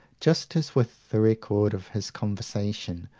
just as with the record of his conversation,